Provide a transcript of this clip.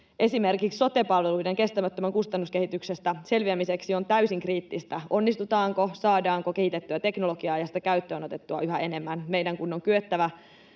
Esimerkiksi sote-palveluiden kestämättömästä kustannuskehityksestä selviämiseksi on täysin kriittistä, onnistutaanko, saadaanko kehitettyä teknologiaa ja sitä käyttöönotettua yhä enemmän, meidän kun on kyettävä